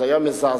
זה היה מזעזע.